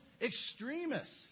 extremists